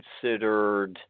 considered